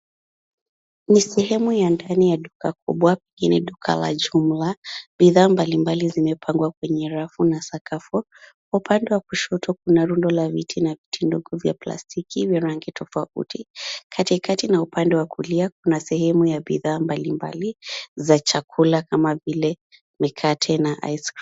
Ni sehemu ya ndani ya duka kubwa. Hili ni duka la jumla. Bidhaa mbalimbali zimepangwa kwenye rafu na sakafu. Upande wa kushoto kuna rundo la viti na viti ndogo vya plastiki vya rangi tofauti. Katikati na upande wa kulia kuna sehemu ya bidhaa mbalimbali za chakula kama vile mikate na ice cream .